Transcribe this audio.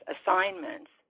assignments